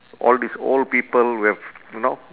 all these old people who have you know